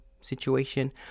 situation